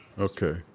Okay